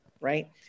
right